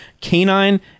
Canine